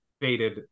faded